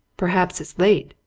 perhaps it's late,